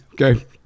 Okay